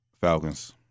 Falcons